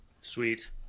Sweet